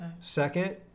Second